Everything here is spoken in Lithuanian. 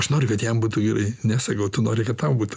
aš noriu kad jam būtų gerai ne sakau tu nori kad tau būtų